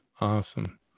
Awesome